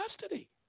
custody